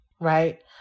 right